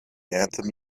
anthem